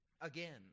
again